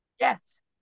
Yes